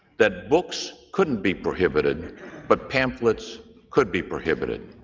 that books couldn't be prohibited but pamphlets could be prohibited.